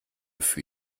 für